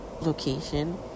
location